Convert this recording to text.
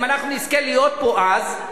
אם אנחנו נזכה להיות פה אז,